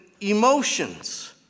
emotions